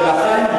ולכן,